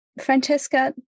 Francesca